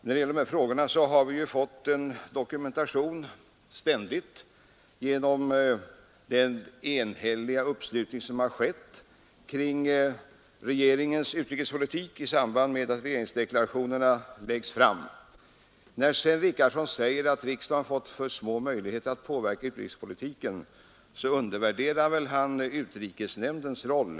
När det gäller dessa frågor får vi ständigt en dokumentation av enigheten genom uppslutningen kring regeringens utrikespolitik i samband med att regeringsdeklarationerna läggs fram. När herr Richardson säger att riksdagen har för små möjligheter att påverka utrikespolitiken undervärderar han väl utrikesnämndens roll.